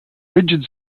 rigid